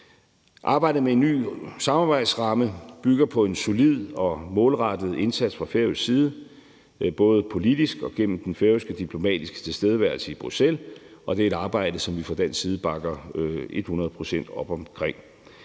Arbejdet med en ny samarbejdsramme bygger på en solid og målrettet indsats fra færøsk side, både politisk og gennem den færøske diplomatiske tilstedeværelse i Bruxelles, og det er et arbejde, som vi fra dansk side bakker hundrede procent op om.